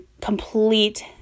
complete